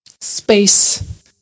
space